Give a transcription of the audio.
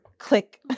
Click